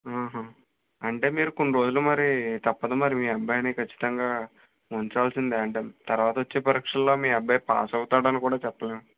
ఊహుం అంటే మీరు కొన్నిరోజులు మరి తప్పదు మరి మీ అబ్బాయిని ఖచ్చితంగా ఉంచాల్సిందే అంటే తరువాత వచ్చే పరీక్షల్లో మీ అబ్బాయి పాస్ అవుతాడని కూడా చెప్పలేం